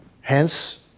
Hence